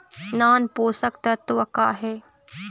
नान पोषकतत्व का हे?